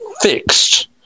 fixed